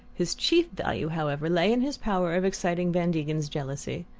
his chief value, however, lay in his power of exciting van degen's jealousy.